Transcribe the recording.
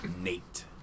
Nate